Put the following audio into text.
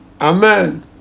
Amen